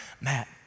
Matt